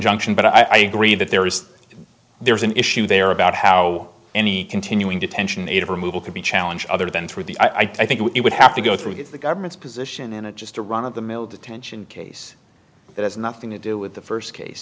injunction but i agree that there is there is an issue there about how any continuing detention native removal could be challenge other than through the i think it would have to go through the government's position in a just a run of the mill detention case that has nothing to do with the first case